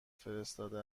فرستاده